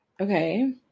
Okay